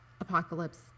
apocalypse